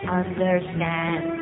understand